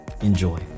Enjoy